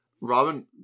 Robin